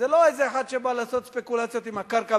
זה לא איזה אחד שבא לעשות ספקולציות עם הקרקע,